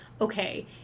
okay